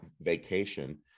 vacation